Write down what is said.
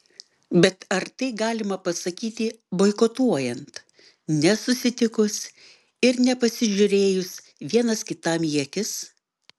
bet ar tai galima pasakyti boikotuojant nesusitikus ir nepasižiūrėjus vienas kitam į akis